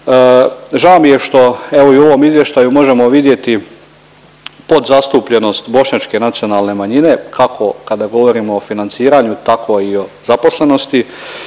Žao mi je što evo i u ovom izvještaju možemo vidjeti podzastupljenost bošnjačke nacionalne manjine kako kada govorimo o financiranju tako i o zaposlenosti,